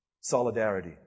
solidarity